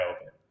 open